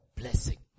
blessing